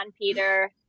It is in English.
Peter